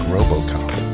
Robocop